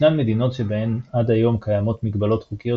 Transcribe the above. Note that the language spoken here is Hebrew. ישנן מדינות שבהן עד היום קיימות מגבלות חוקיות